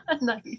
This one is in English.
Nice